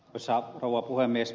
arvoisa rouva puhemies